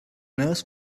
nurse